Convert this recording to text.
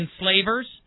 enslavers